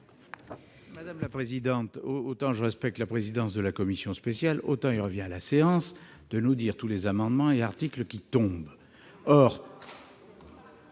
Madame la présidente, autant je respecte la présidence de la commission spéciale, autant il revient au service de la séance de nous dire quels amendements et articles « tombent